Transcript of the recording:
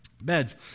beds